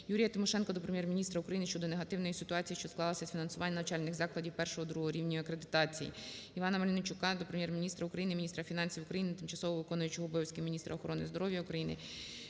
ЮріяТимошенка до Прем'єр-міністра України щодо негативної ситуації, що склалася із фінансуванням навчальних закладів І-ІІ рівнів акредитації. Івана Мельничука до Прем'єр-міністра України, міністра фінансів України, тимчасово виконуючої обов'язки міністра охорони здоров'я України